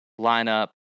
lineup